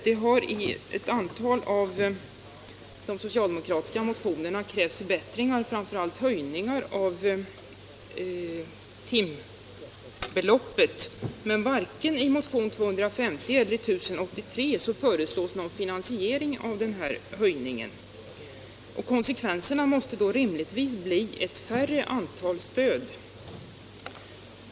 Det har i ett antal av de socialdemokratiska motionerna krävts förbättringar, framför allt höjningar av timbeloppet. Men varken i motion 250 eller i motion 1083 föreslås någon finansiering av denna höjning. Konsekvensen måste då rimligtvis bli ett mindre antal stöd.